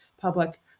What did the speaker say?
public